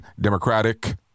Democratic